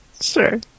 Sure